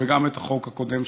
וגם את החוק הקודם,